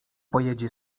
pojedzie